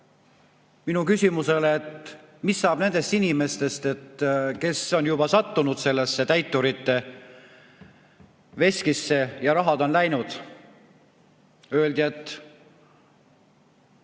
minu küsimusele, mis saab nendest inimestest, kes on juba sattunud sellesse täiturite veskisse ja kelle raha on läinud,